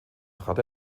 trat